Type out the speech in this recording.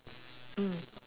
mm